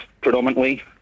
predominantly